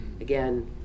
Again